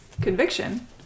conviction